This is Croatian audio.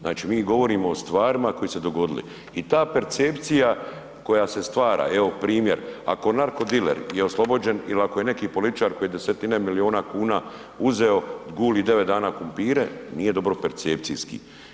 Znači mi govorimo o stvarima koje su se dogodile i ta percepcija koja se stvara, evo primjer, ako narko diler je oslobođen ili ako je neki političar koji desetine milijuna kuna uzeo, guli 9 dana krumpire, nije dobro percepcijski.